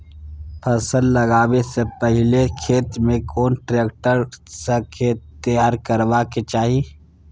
फसल लगाबै स पहिले खेत में कोन ट्रैक्टर स खेत तैयार करबा के चाही?